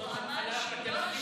זאת התחלה פטרנליסטית,